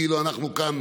כאילו אנחנו כאן